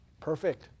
perfect